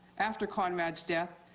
after conrad's death,